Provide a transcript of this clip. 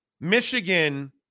Michigan